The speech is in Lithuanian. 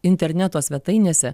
interneto svetainėse